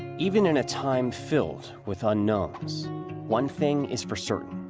even in a time filled with unknown, it's one thing is for certain.